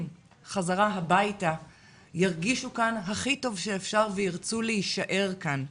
חזרה הביתה ירגישו כאן הכי טוב שאפשר וירצו להישאר כאן,